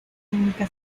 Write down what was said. única